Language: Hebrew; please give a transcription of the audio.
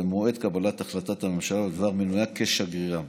במועד קבלת החלטת הממשלה בדבר מינויה כשגרירה.